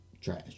trash